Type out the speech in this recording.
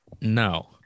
No